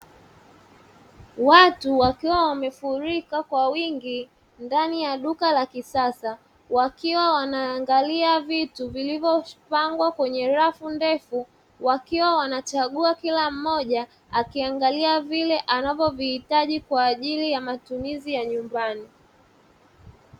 Watu wakiwa wamefurika kwa wingi ndani ya duka la kisasa, wakiwa wanaangalia vitu vilivyopangwa kwenye rafu ndefu, wakiwa wanachagua kila mmoja akiangalia vile anavyovihitaji kwa ajili ya matumizi ya nyumbani.